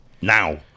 now